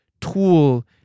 tool